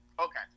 okay